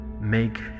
make